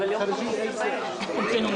אבל את תחבורה סיימנו,